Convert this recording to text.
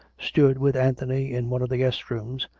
stood with anthony in one of the guest-rooms,